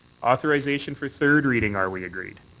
authorization for third reading are we agreed?